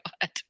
God